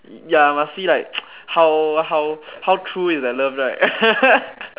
ya must see like how how true is that love right